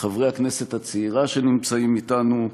חברי הכנסת הצעירה שנמצאים אתנו,